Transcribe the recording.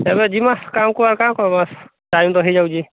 ଚାଲ ଯିବା କାମକୁ ଆଉ କ'ଣ କରିବା ଟାଇମ୍ ତ ହୋଇଯାଉଛି